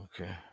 Okay